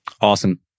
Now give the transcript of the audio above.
Awesome